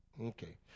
Okay